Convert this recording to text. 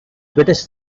british